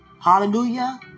Hallelujah